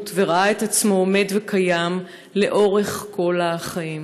וראה את עצמו עומד וקיים לאורך כל החיים.